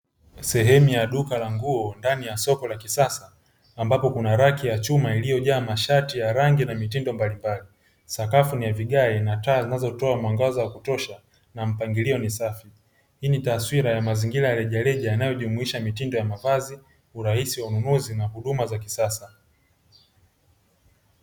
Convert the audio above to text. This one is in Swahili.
Sehemu ya duka la nguo ndani ya duka la kisasa ambapo kuna raki ya chuma iliyojaa mashati ya rangi na mitindo mbalimbali. Sakafu ni ya vigae na taa zinazotoa mwangaza wa kutosha na mpangilio ni safi, hii ni taswira ya mzaingira ya rejareja inayojumuisha mitindo ya mavazi, urahisi wa ununuzi na huduma za kisasa.